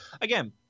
Again